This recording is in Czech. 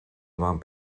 vám